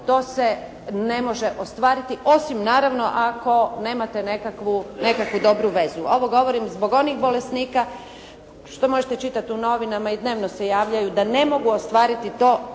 to se ne može ostvariti, osim naravno ako nemate nekakvu dobru vezu. Ovo govorim zbog onih bolesnika što možete čitat u novinama i dnevno se javljaju da ne mogu ostvariti to